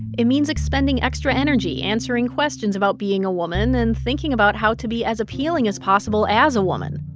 it means expending extra energy, answering questions about being a woman and thinking about how to be as appealing as possible as a woman